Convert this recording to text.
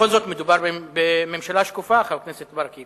בכל זאת מדובר בממשלה שקופה, חבר הכנסת ברכה.